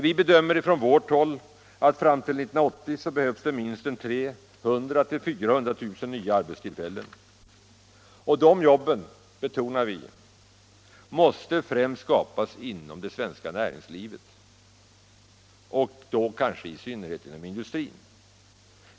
Vi bedömer från vårt håll att det fram till 1980 behövs minst 300 000-400 000 nya arbetstillfällen. De jobben måste, det betonar vi, skapas främst inom det svenska näringslivet, och då kanske i synnerhet inom industrin.